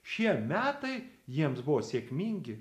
šie metai jiems buvo sėkmingi